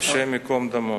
השם ייקום דמו.